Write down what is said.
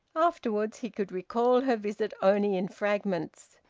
afterwards, he could recall her visit only in fragments.